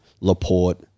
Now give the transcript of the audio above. Laporte